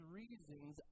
reasons